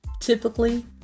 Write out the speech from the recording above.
typically